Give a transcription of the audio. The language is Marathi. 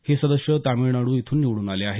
हे सदस्य तामिळनाडू इथून निवडून आले आहेत